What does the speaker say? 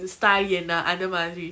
this style என்ன அந்தமாதிரி:enna anthamathiri